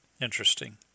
Interesting